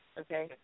Okay